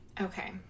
Okay